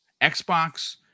Xbox